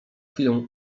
chwilę